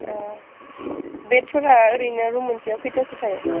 अ बेडफोरा ओरैनो रुम मोनसेयाव कैतासो थायो